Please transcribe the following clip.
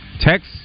text